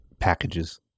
Packages